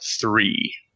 three